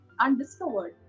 undiscovered